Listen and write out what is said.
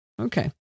Okay